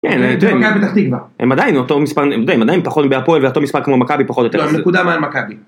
מכבי פתח תקווה. הם עדיין אותו מספר הם עדיין פחות מהפועל ואותו מספר כמו מכבי פחות או יותר. הם נקודה מעל מכבי